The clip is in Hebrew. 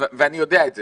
ואני יודע את זה,